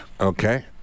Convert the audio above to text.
Okay